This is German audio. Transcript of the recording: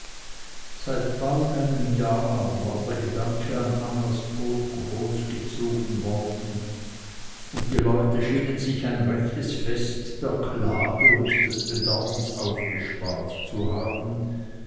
seit bald einem jahre war der gedanke an annas tod großgezogen worden und die leute schienen sich ein rechtes fest der klage und des bedaurens aufgespart zu haben